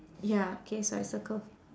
ya K so I circle